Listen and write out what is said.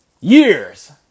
years